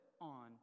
on